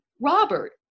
Robert